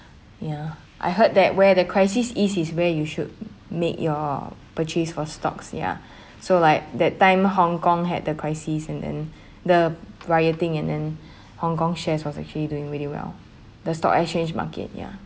ya I heard that where the crisis is is where you should make your purchase for stocks ya so like that time hong-kong had the crisis and then the rioting and then hong-kong shares was actually doing really well the stock exchange market ya